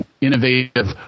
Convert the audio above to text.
innovative